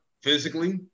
physically